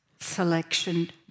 Selection